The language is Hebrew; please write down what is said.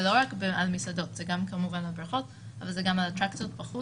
זה לא רק על מסעדות זה גם כמובן על בריכות אבל זה גם על אטרקציות בחוץ.